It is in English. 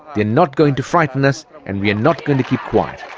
they're not going to frighten us and we are not going to keep quiet!